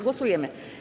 Głosujemy.